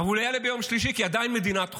אבל הוא יעלה ביום שלישי, כי זו עדיין מדינת חוק.